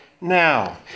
now